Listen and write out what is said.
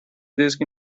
disk